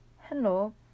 hello